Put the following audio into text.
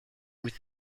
with